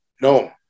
No